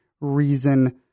Reason